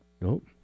Nope